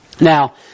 Now